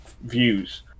views